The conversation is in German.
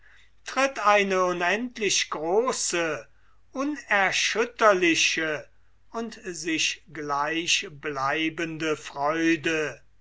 tritt eine unendlich große unerschütterliche und sich gleich bleibende freude